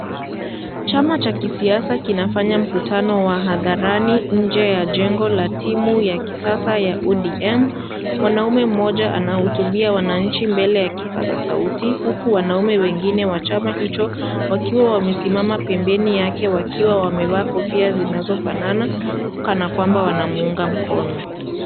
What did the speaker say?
Chama cha kisiasa kinafanya mkutano wa hadharani nje ya jengo ya timu ya kisasa ya ODM. Mwanaume mmoja anahutubia wananchi mbele ya kipasa sauti, huku wanaume wengine wa chama hicho wakiwa wamesimama pembeni yake wakiwa wamevaa kofia zinazofanana, kana kwamba wanamuunga mkono.